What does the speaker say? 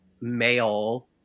male